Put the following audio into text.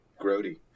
Grody